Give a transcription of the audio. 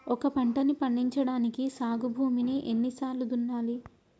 ఒక పంటని పండించడానికి సాగు భూమిని ఎన్ని సార్లు దున్నాలి?